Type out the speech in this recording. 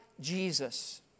Jesus